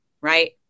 right